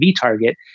target